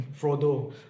Frodo